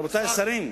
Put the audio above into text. רבותי השרים.